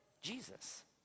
Jesus